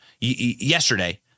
yesterday